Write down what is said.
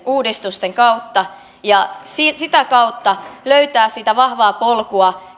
uudistusten kautta ja myöskin koulutusta uudistamalla ja sitä kautta löytää sitä vahvaa polkua